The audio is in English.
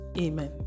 Amen